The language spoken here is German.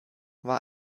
war